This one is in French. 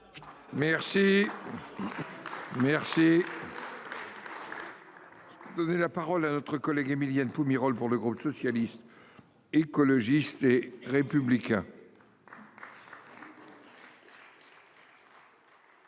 Merci. Merci. Donner la parole à notre collègue Émilienne Pomerol pour le groupe socialiste. Écologiste et républicain. La parole.